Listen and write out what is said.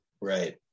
Right